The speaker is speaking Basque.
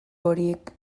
horiek